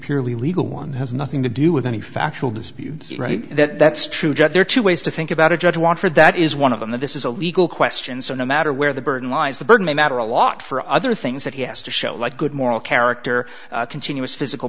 purely legal one has nothing to do with any factual dispute that that's true there are two ways to think about a judge want for that is one of them that this is a legal question so no matter where the burden lies the burden may matter a lot for other things that he has to show like good moral character continuous physical